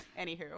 Anywho